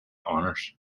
honors